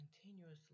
continuously